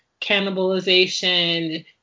cannibalization